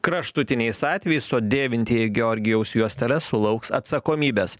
kraštutiniais atvejais o dėvintieji georgijaus juosteles sulauks atsakomybės